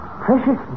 Precious